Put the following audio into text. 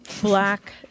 black